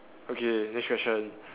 okay next question